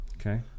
Okay